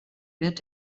wird